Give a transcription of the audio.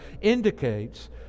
indicates